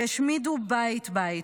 שהשמידו בית-בית,